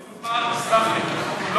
מדובר, תסלח לי, אם,